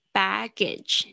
baggage